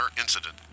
incident